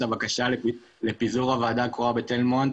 הבקשה לפיזור הוועדה הקרואה בתל מונד